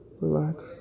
Relax